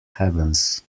havens